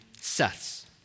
Seth's